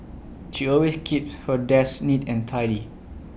she always keeps her desk neat and tidy